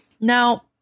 Now